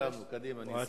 עד